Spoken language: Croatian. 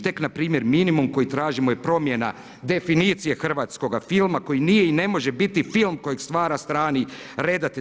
Tek npr. minimum koji tražimo je promjena definicije hrvatskoga filma koji nije i ne može biti film kojeg stvara strani redatelj.